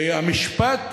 והמשפט,